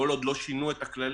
כל עוד לא שינו את הכללים,